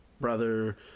brother